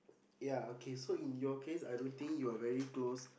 ya okay so in your case I don't think you are very close